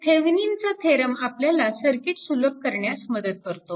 तर थेविनिनचा थेरम आपल्याला सर्किट सुलभ करण्यास मदत करतो